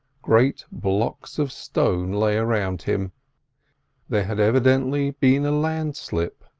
great blocks of stone lay around him there had evidently been a landslip,